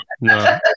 no